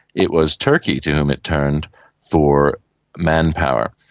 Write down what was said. it was turkey to whom it turned for manpower.